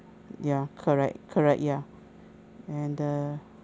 ya correct correct ya and the